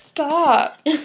Stop